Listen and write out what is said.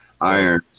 iron